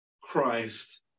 Christ